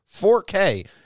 4K